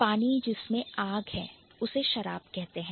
पानी जिसमें आग है उसे शराब कहते हैं